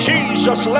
Jesus